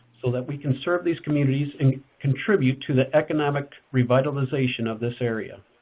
so that we can serve these communities and contribute to the economic revitalization of this area.